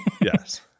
Yes